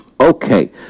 Okay